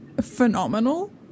phenomenal